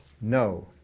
no